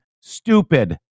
Stupid